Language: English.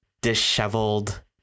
disheveled